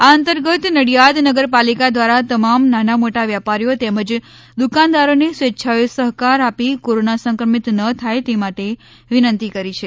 આ અંતર્ગત નડિયાદ નગરપાલિકા દ્વારા તમામ નાના મોટા વેપારીઓ તેમજ દુકાનદારોને સ્વેચ્છાએ સહકાર આપી કોરોના સંક્રમિત ન થાય તે માટે વિનંતી કરી છે